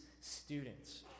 students